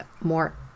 more